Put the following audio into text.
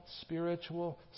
spiritual